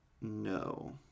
no